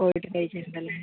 പോയി കഴിച്ചിട്ടുണ്ടല്ലേ